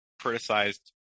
criticized